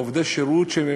עובדי שירות.